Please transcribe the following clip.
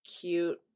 cute